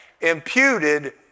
Imputed